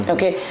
Okay